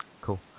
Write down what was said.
cool